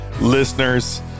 listeners